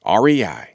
REI